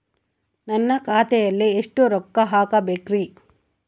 ನಾನು ಖಾತೆಯಲ್ಲಿ ಎಷ್ಟು ರೊಕ್ಕ ಹಾಕಬೇಕ್ರಿ?